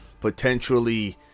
potentially